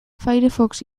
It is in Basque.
firefox